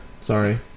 sorry